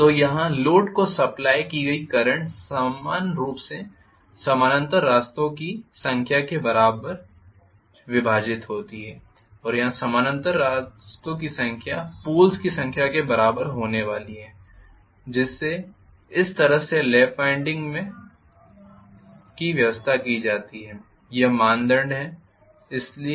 तो यहाँ लोड को सप्लाइ की गई करंट समान रूप से समानांतर रास्तों की संख्या के बीच विभाजित की जाती है और यहां समानांतर रास्तों की संख्या पोल्स की संख्या के बराबर होने वाली है जिस तरह से लैप वाइंडिंग में वाइंडिंग की व्यवस्था की जाती है यह मानदंड है